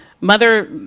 Mother